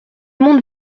monde